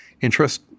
interest